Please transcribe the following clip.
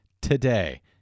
today